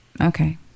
Okay